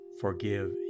forgive